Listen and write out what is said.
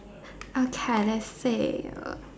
okay let's see